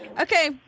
Okay